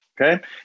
Okay